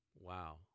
Wow